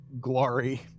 glory